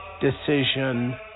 decision